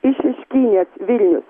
iš šeškinės vilnius